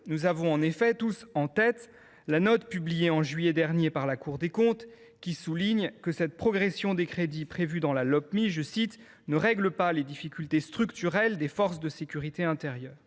Nous avons tous en tête la note publiée au mois de juillet dernier par la Cour des comptes, selon laquelle la progression des crédits prévue dans la Lopmi « ne règle pas les difficultés structurelles des forces de sécurité intérieure ».